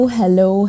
hello